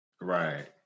Right